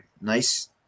nice